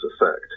effect